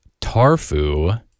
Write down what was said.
tarfu